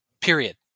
period